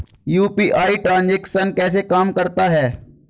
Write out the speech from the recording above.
UPI transaction कैसे काम करता है?